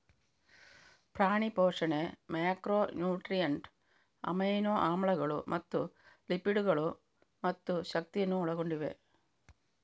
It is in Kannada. ಪ್ರಾಣಿ ಪೋಷಣೆ ಮ್ಯಾಕ್ರೋ ನ್ಯೂಟ್ರಿಯಂಟ್, ಅಮೈನೋ ಆಮ್ಲಗಳು ಮತ್ತು ಲಿಪಿಡ್ ಗಳು ಮತ್ತು ಶಕ್ತಿಯನ್ನು ಒಳಗೊಂಡಿವೆ